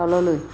তললৈ